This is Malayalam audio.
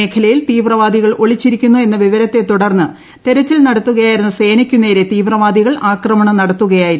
മേഖലയിൽ തീവ്രവാദികൾ ഒളിച്ചിരിക്കുന്നു എന്ന വിവരത്തെ തുടർന്ന് തെരച്ചിൽ നടത്തുകയായിരുന്ന സേനയ്ക്കു നേരെ തീവ്രവാദികൾ ആക്രമണം പ്രത്യാക്രമണത്തിലാണ് നടത്തുകയായിരുന്നു